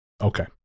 Okay